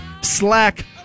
slack